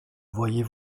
voyez